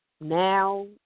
now